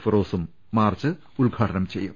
ഫിറോസും march ഉദ്ഘാടനം ചെയ്യും